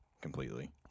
Completely